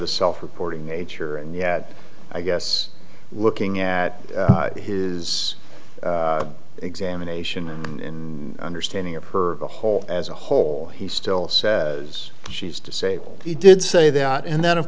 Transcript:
the self reporting nature and yet i guess looking at his examination and in understanding of her the whole as a whole he still says she's disabled he did say that and then of